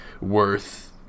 worth